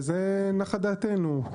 ובזה נחה דעתנו.